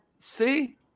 See